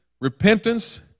Repentance